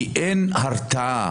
כי אין הרתעה.